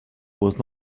was